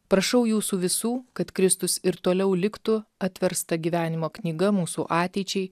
prašau jūsų visų kad kristus ir toliau liktų atversta gyvenimo knyga mūsų ateičiai